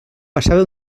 passava